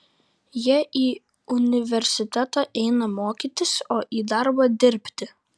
jie į universitetą eina mokytis o į darbą dirbti